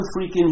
freaking